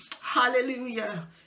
Hallelujah